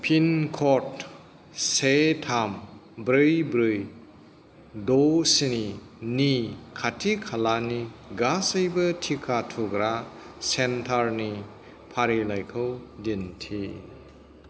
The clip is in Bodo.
पिन कड से थाम ब्रै ब्रै द' स्नि नि खाथि खालानि गासैबो टिका थुग्रा सेन्टारनि फारिलाइखौ दिन्थि